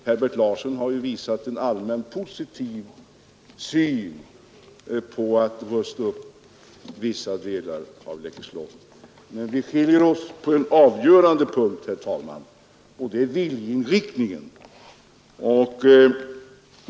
Herbert Larsson har ju visat en allmänt positiv syn på att upprusta vissa delar av Läckö slott. Men vi skiljer oss åt på en avgörande punkt, nämligen i fråga om viljeinriktningen.